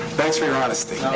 thanks for your honesty.